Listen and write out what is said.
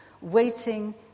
waiting